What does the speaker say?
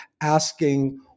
asking